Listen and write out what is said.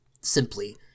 simply